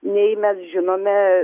nei mes žinome